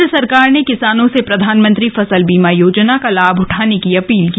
केन्द्र सरकार ने किसानों से प्रधानमंत्री फसल बीमा योजना का लाभ उठाने की अपील की